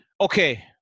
okay